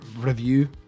review